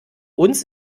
uns